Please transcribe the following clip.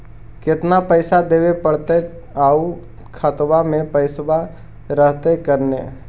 केतना पैसा देबे पड़तै आउ खातबा में पैसबा रहतै करने?